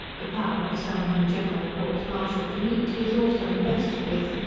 the power of summoning general courts martial to meet he is also invested with,